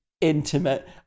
intimate